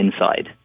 inside